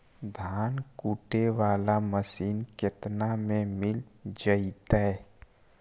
धान कुटे बाला मशीन केतना में मिल जइतै?